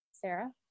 sarah